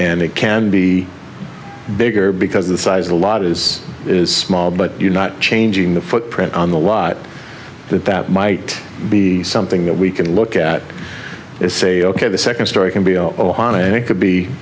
and it can be bigger because the size of a lot is is small but you're not changing the footprint on the lot that that might be something that we can look at it say ok the second story can be ohana and it c